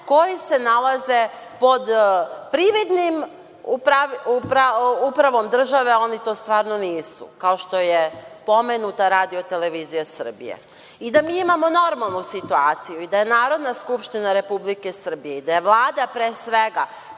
koji se nalaze pod prividnom upravom drže, oni to stvarno nisu, kao što je pomenuti RTS.I da mi imamo normalnu situaciju i da je Narodna skupština Republike Srbije i da je Vlada, pre svega,